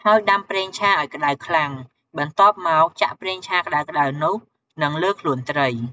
ហើយដាំប្រេងឆាឲ្យក្ដៅខ្លាំង បន្ទាប់មក ចាក់ប្រេងឆាក្ដៅៗនោះ និងលើខ្លួនត្រី។